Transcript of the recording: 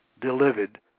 delivered